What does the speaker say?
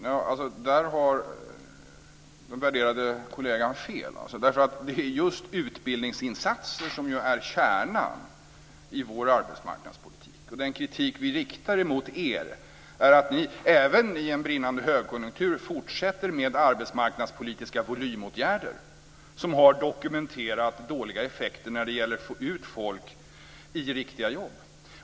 Herr talman! Där har den värderade kollegan fel. Det är ju just utbildningsinsatser som är kärnan i vår arbetsmarknadspolitik. Den kritik vi riktar mot er går ut på att ni även i en brinnande högkonjunktur fortsätter med arbetsmarknadspolitiska volymåtgärder, som har dokumenterat dåliga effekter när det gäller att få ut folk i riktiga jobb.